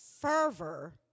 fervor